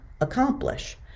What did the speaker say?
accomplish